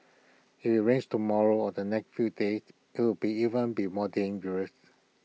IT is rains tomorrow or the next few days IT will be even be more dangerous